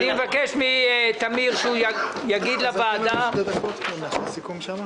אבקש מטמיר כהן שיגיד לוועדה אילו פניות לא אושרו.